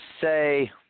say